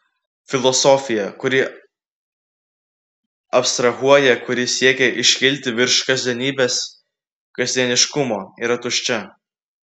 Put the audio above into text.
filosofija kuri abstrahuoja kuri siekia iškilti virš kasdienybės kasdieniškumo yra tuščia